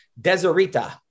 Deserita